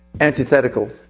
antithetical